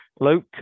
Luke